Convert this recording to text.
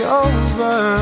over